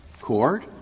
Court